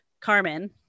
carmen